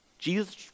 Jesus